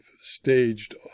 staged